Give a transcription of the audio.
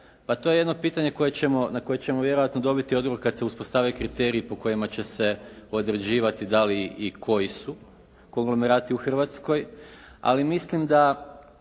Pa to je jedno pitanje na koje ćemo vjerojatno dobiti odgovor kada se uspostave kriteriji po kojima će se određivati da li i koji su konglomerati u Hrvatskoj, ali mislim da